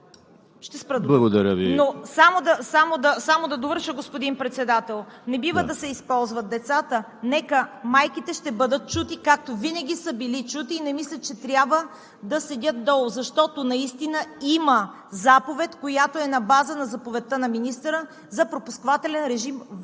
КАРАЯНЧЕВА: Само да довърша, господин Председател. Не бива да се използват децата, майките ще бъдат чути, както винаги са били, и не мисля, че трябва да седят долу, защото наистина има заповед, която е на база на заповедта на министъра за пропускателен режим в